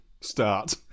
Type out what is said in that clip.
Start